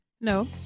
No